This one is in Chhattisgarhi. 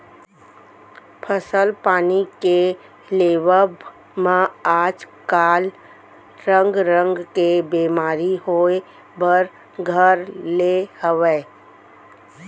फसल पानी के लेवब म आज काल रंग रंग के बेमारी होय बर घर ले हवय